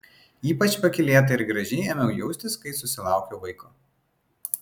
ypač pakylėtai ir gražiai ėmiau jaustis kai susilaukiau vaiko